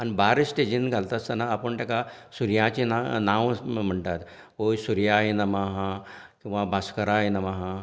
आनी बारा स्टेजिंनी घालता आसतना आपूण तेका सुर्याची नांवां म्हणटात ओम सुर्याय नमहां किंवां भास्कराय नमहां